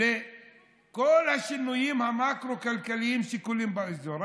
לכל השינויים המקרו-כלכליים שקורים באזור,